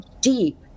deep